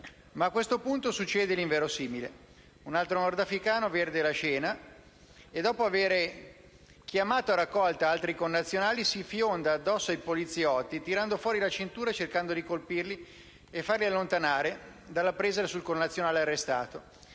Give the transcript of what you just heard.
Ma a questo punto succede l'inverosimile: un altro nordafricano vede la scena e, dopo aver chiamato a raccolta altri connazionali, si fionda addosso ai poliziotti tirando fuori la cintura e cercando di colpirli per fargli allentare la presa sul connazionale arrestato.